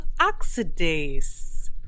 Oxidase